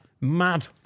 Mad